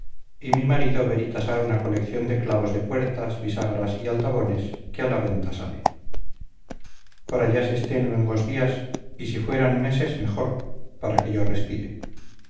y mi marido ver y tasar una colección de clavos de puertas bisagras y aldabones que a la venta sale por allá se estén luengos días y si fueran meses mejor para que yo respire